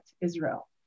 Israel